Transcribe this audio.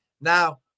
now